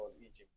Egypt